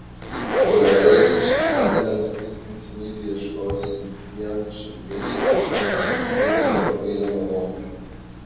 praėjusio šeštadienio naktis linksmybių ieškojusiems dviem šiauliečiams pasibaigė labai nemaloniai